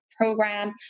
program